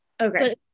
Okay